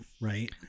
right